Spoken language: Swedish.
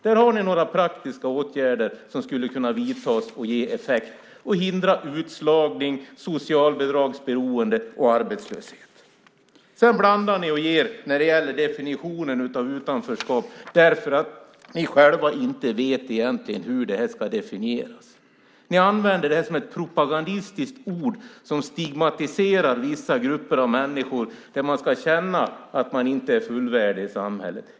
Där har ni några praktiska åtgärder som skulle kunna vidtas och ge effekt. De skulle kunna hindra utslagning, socialbidragsberoende och arbetslöshet. Ni blandar och ger när det gäller definitionen av utanförskap därför att ni själva egentligen inte vet hur det ska definieras. Ni använder utanförskap som ett propagandistiskt ord som stigmatiserar vissa grupper av människor där man ska känna att man inte är fullvärdig i samhället.